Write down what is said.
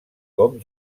com